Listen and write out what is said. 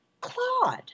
Claude